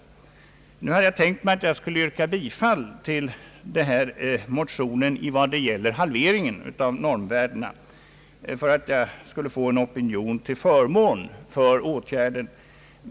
Jag hade tänkt yrka bifall till motionen i vad gäller halveringen av normvärdena för att få en opinion till förmån för åtgärden.